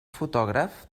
fotògraf